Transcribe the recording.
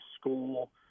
school